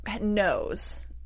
knows